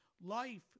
life